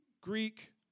Greek